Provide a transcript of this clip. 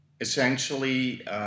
essentially